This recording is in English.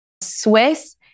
Swiss